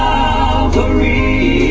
Calvary